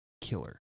killer